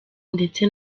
ndetse